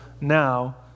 now